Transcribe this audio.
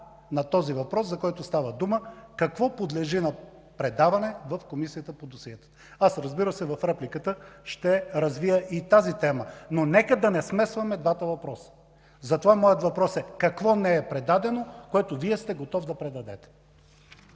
на този въпрос, за който става дума, какво подлежи на предаване в Комисията по досиетата. Аз, разбира се, в репликата ще развия и тази тема, но нека да не смесваме двата въпроса. Затова моят въпрос е: какво не е предадено, което Вие сте готов да предадете?